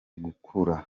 gukura